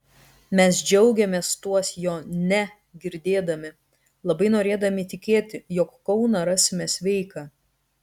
mes džiaugėmės tuos jo ne girdėdami labai norėdami tikėti jog kauną rasime sveiką